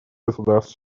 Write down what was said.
государств